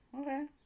okay